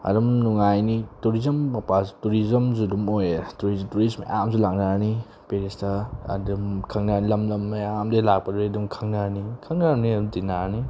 ꯑꯗꯨꯝ ꯅꯨꯡꯉꯥꯏꯅꯤ ꯇꯨꯔꯤꯖꯝ ꯇꯨꯔꯤꯖꯝꯁꯨ ꯑꯗꯨꯝ ꯑꯣꯏꯌꯦ ꯇꯨꯔꯤꯁ ꯇꯨꯔꯤꯁ ꯃꯌꯥꯝꯁꯨ ꯂꯥꯛꯅꯔꯅꯤ ꯄꯦꯔꯤꯁꯇ ꯑꯗꯨꯝ ꯈꯪꯅꯔꯅꯤ ꯂꯝ ꯂꯝ ꯃꯌꯥꯝꯗꯒꯤ ꯂꯥꯛꯄꯗꯨꯗꯒꯤ ꯑꯗꯨꯝ ꯈꯪꯅꯔꯅꯤ ꯈꯪꯅꯔꯕꯅꯤꯅ ꯑꯗꯨꯝ ꯇꯤꯟꯅꯔꯅꯤ